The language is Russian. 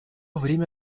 время